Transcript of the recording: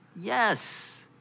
Yes